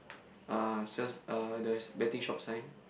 uh Sal's uh there is betting shop sign